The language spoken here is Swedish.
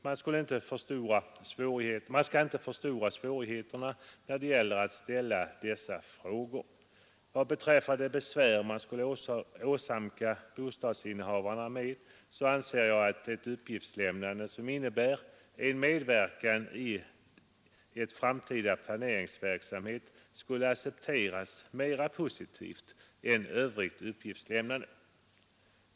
Man skall inte förstora svårigheterna när det gäller att ställa dessa frågor. Vad beträffar det besvär man skulle åsamka bostadsinnehavarna anser jag, att ett uppgiftslämnande som innebär en medverkan i en framtida planeringsverksamhet skulle uppfattas mera positivt än övrigt uppgiftslämnande.